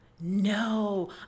No